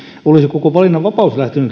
olisi koko valinnanvapaus lähtenyt